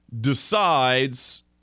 decides